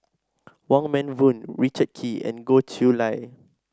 Wong Meng Voon Richard Kee and Goh Chiew Lye